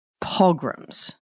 Pogroms